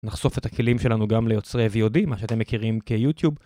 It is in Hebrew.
נחשוף את הכלים שלנו גם ליוצרי VOD, מה שאתם מכירים כיוטיוב